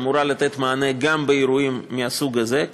שאמורה לתת מענה גם באירועים מהסוג הזה,